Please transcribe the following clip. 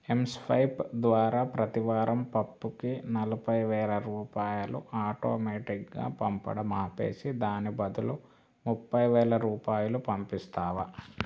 mSwipe ద్వారా ప్రతివారం పప్పుకి నలభై వేల రూపాయలు ఆటోమెటిక్గా పంపడం ఆపేసి దానికి బదులు ముప్పై వేల రూపాయలు పంపిస్తావా